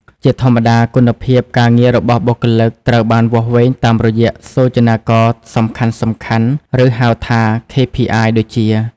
ជាធម្មតា គុណភាពការងាររបស់បុគ្គលិកត្រូវបានវាស់វែងតាមរយៈសូចនាករសំខាន់ៗ ឬហៅថា KPI ដូចជា៖